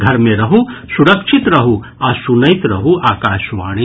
घर मे रहू सुरक्षित रहू आ सुनैत रहू आकाशवाणी